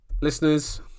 listeners